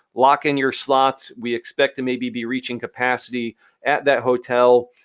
lock in your slots. we expect to maybe be reaching capacity at that hotel,